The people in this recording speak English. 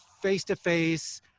face-to-face